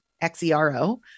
X-E-R-O